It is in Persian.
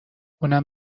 اونم